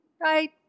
right